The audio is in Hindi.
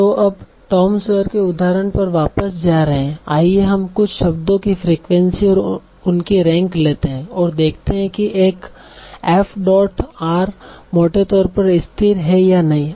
तो अब टॉम सॉयर के उदाहरण पर वापस जा रहे हैं आइए हम कुछ शब्दों की फ्रीक्वेंसी और उनकी रैंक लेते हैं और देखते हैं कि एफ डॉट आर मोटे तौर पर स्थिर है या नहीं